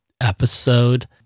episode